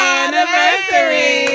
anniversary